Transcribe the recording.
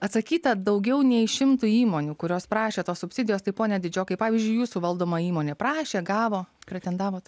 atsakyta daugiau nei šimtui įmonių kurios prašė tos subsidijos tai pone didžiokai pavyzdžiui jūsų valdoma įmonė prašė gavo pretendavot